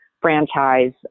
franchise